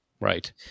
Right